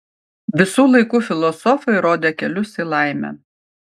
visų laikų filosofai rodė kelius į laimę